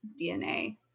DNA